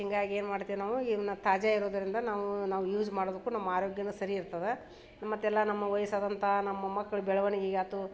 ಹಿಂಗಾಗಿ ಏನು ಮಾಡ್ತೀವಿ ನಾವು ಇವ್ನ ತಾಜಾ ಇರೋದರಿಂದ ನಾವು ನಾವು ಯೂಸ್ ಮಾಡೋದಕ್ಕೂ ನಮ್ಮ ಆರೋಗ್ಯವೂ ಸರಿ ಇರ್ತದೆ ಮತ್ತು ಎಲ್ಲ ನಮ್ಮ ವಯಸ್ಸಾದಂಥ ನಮ್ಮ ಮಕ್ಕಳ ಬೆಳವಣಿಗೆಗಾಯ್ತು